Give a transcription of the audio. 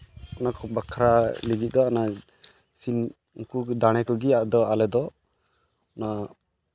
ᱚᱱᱟ ᱠᱚ ᱵᱟᱠᱷᱨᱟ ᱱᱤᱡᱮ ᱫᱚ ᱚᱱᱮ ᱥᱤᱢ ᱠᱚ ᱫᱟᱲᱮ ᱠᱚᱜᱮ ᱟᱞᱮ ᱫᱚ ᱱᱚᱣᱟ